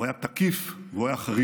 הוא היה תקיף והוא היה חריף,